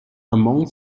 among